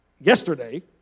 yesterday